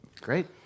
Great